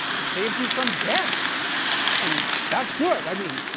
it saves you from death and, that's good, i mean,